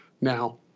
Now